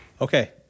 Okay